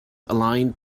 aligned